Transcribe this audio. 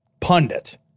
pundit